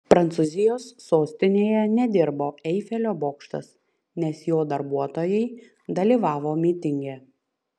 prancūzijos sostinėje nedirbo eifelio bokštas nes jo darbuotojai dalyvavo mitinge